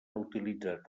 utilitzat